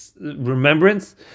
remembrance